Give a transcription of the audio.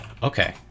Okay